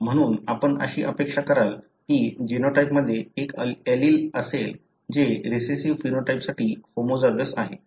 म्हणून आपण अशी अपेक्षा कराल की जीनोटाइप मध्ये एक एलील असेल जे रिसेस्सीव्ह फेनोटाइपसाठी होमोझायगोस आहे